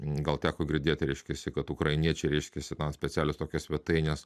gal teko girdėti reiškiasi kad ukrainiečiai reiškiasi specialios tokios svetainės